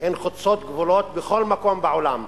חוצות גבולות בכל מקום בעולם,